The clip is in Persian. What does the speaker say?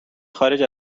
خارج